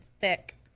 thick